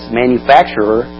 manufacturer